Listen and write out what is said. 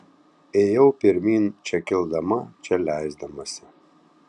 ėjau pirmyn čia kildama čia leisdamasi